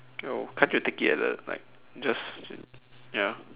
oh can't you take it at a like just ya